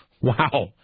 Wow